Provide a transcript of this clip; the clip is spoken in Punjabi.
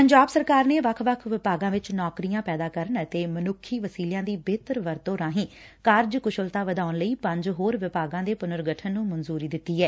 ਪੰਜਾਬ ਸਰਕਾਰ ਨੇ ਵੱਖ ਵੱਖ ਵਿਭਾਗਾਂ ਵਿੱਚ ਨੌਕਰੀਆਂ ਪੈਦਾ ਕਰਨ ਅਤੇ ਮਨੁੱਖੀ ਵਸੀਲਿਆਂ ਦੀ ਬਿਹਤਰ ਵਰਤੋ ਰਾਹੀ ਕਾਰਜਕੁਸ਼ਲਤਾ ਵਧਾਉਣ ਲਈ ਪੰਜ ਹੋਰ ਵਿਭਾਗਾਂ ਦੇ ਪੁਨਰਗਠਨ ਨੂੰ ਮਨਜੂਰੀ ਦੇ ਦਿੱਤੀ ਏ